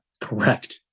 correct